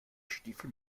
stiefel